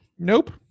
Nope